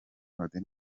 melodie